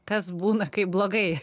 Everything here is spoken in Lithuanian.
kas būna kai blogai